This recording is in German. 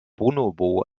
bonobo